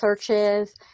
searches